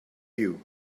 you